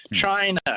China